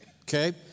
Okay